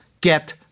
get